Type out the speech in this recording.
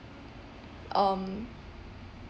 um